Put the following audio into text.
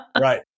Right